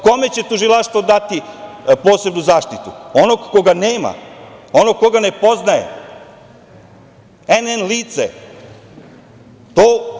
Kome će tužilaštvo dati posebnu zaštitu, onog koga nema, onog koga ne poznaje, NN licu?